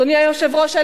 אדוני היושב-ראש,